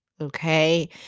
Okay